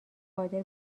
قادر